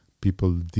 People